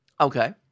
Okay